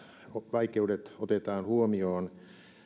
vaikeudet otetaan huomioon